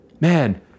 man